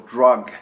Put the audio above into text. Drug